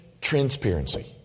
transparency